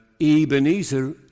Ebenezer